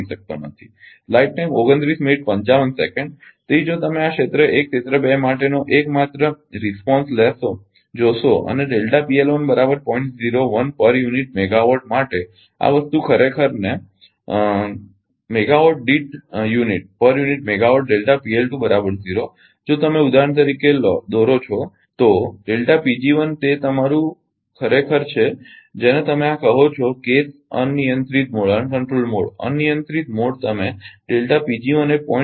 તેથી જો તમે આ ક્ષેત્ર 1 ક્ષેત્ર 2 માટેનો એકમાત્ર પ્રતિસાદ જોશો અને per unit megawatt માટે આ વસ્તુ ખરુ ને અને મેગાવાટ દીઠ યુનિટ જો તમે ઉદાહરણ તરીકે દોરો છો તોતે ખરેખર તમારું છે જેને તમે આ કહો છો કેસ અનિયંત્રિત મોડ અનિયંત્રિત મોડ તમે એ 0